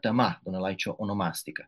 tema donelaičio onomastika